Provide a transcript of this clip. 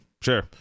Sure